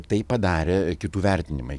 tai padarė kitų vertinimai